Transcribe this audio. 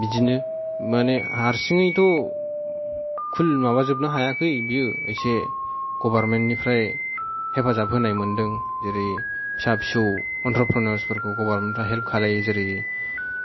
बिदिनो माने हारसिंयैथ' खुल माबा जोबनो हायाखै बियो एसे गभारमेन्थ निफ्राय हेफाजाब होनाय मोनदों जेरै फिसा फिसौ अनट्रफेनर्स फोरखौ गभारमेन्थ फ्रा हेल्फ खालामो जेरै